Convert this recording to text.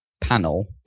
panel